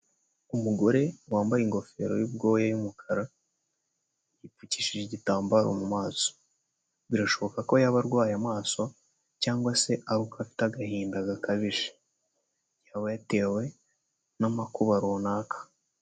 Umugore wambaye ingofero y'ubwoya y'umukara yipfukishije igitambaro mu maso, birashoboka ko yaba arwaye amaso cyangwa se ahubwo afite agahinda gakabije yaba yatewe n'amakuba runaka.